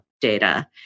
data